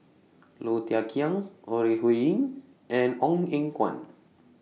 Low Thia Khiang Ore Huiying and Ong Eng Guan